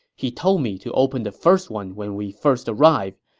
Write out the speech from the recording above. he told me to open the first one when we first arrive,